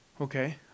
Okay